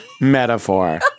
Metaphor